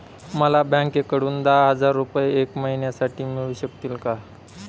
मला बँकेकडून दहा हजार रुपये एक महिन्यांसाठी मिळू शकतील का?